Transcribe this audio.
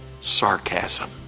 Sarcasm